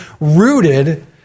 rooted